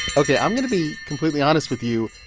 ok, i'm going to be completely honest with you,